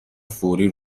فوری